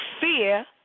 fear